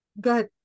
good